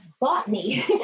botany